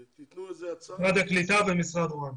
--- משרד הקליטה ומשרד ראש הממשלה.